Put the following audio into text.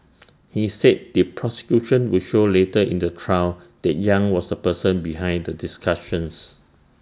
he said the prosecution would show later in the trial that yang was the person behind the discussions